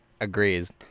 Agrees